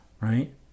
right